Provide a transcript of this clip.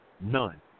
none